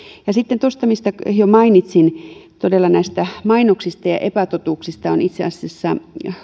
sitten tuosta mistä jo mainitsin todella näistä mainoksista ja ja epätotuuksista olen itse asiassa